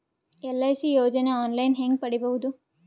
LIC ಯೋಜನೆ online ಹೇಂಗ ಪಡಿಬಹುದು?